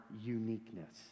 uniqueness